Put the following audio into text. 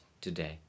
today